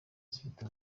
zifite